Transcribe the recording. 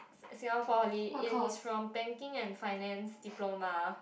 Singapore poly and he's from banking and finance diploma